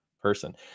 person